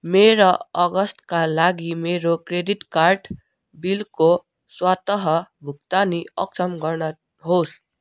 मे र अगस्तका लागि मेरो क्रेडिट कार्ड बिलको स्वत भुक्तानी अक्षम गर्नुहोस्